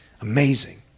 Amazing